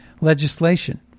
legislation